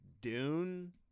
Dune